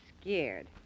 scared